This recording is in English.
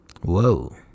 Whoa